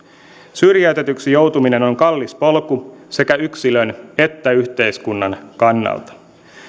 syrjäytetyksi joutuminen on kallis polku sekä yksilön että yhteiskunnan kannalta